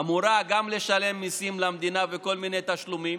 אמורה גם לשלם מיסים למדינה וכל מיני תשלומים.